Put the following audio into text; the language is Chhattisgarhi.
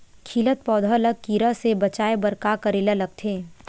खिलत पौधा ल कीरा से बचाय बर का करेला लगथे?